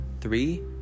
three